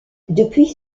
depuis